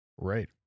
Right